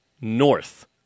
North